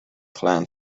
clan